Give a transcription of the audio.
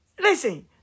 listen